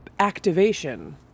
activation